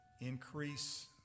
increase